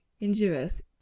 injurious